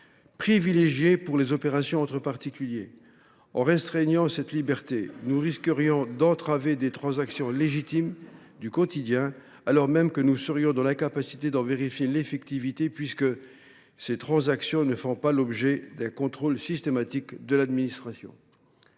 privilégié pour les opérations entre particuliers. En restreignant cette liberté, nous risquerions d’entraver des transactions légitimes du quotidien, alors même que nous serions dans l’incapacité de vérifier l’effectivité de la mesure, puisque ces transactions ne font pas l’objet d’un contrôle systématique de l’administration.